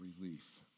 relief